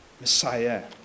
Messiah